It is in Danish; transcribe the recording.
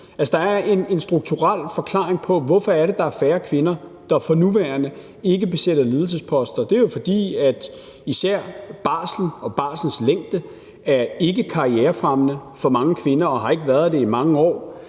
Der er en strukturel forklaring på, hvorfor der er færre kvinder, der for nuværende ikke besætter ledelsesposter, og det er, fordi især barsel og lang barselsperiode ikke er karrierefremmende for mange kvinder og har ikke været det i mange år.